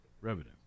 revenue